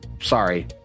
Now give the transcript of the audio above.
Sorry